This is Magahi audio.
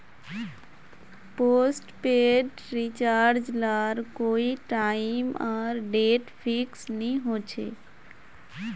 पोस्टपेड रिचार्ज लार कोए टाइम आर डेट फिक्स नि होछे